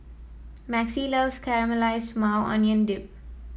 Maxie loves Caramelize Maui Onion Dip